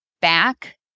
back